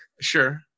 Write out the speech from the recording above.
sure